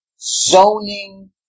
zoning